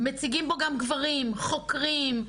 מציגים בו גם גברים, חוקרים.